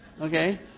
Okay